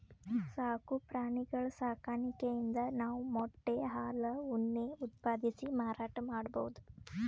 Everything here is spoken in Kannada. ಸಾಕು ಪ್ರಾಣಿಗಳ್ ಸಾಕಾಣಿಕೆಯಿಂದ್ ನಾವ್ ಮೊಟ್ಟೆ ಹಾಲ್ ಉಣ್ಣೆ ಉತ್ಪಾದಿಸಿ ಮಾರಾಟ್ ಮಾಡ್ಬಹುದ್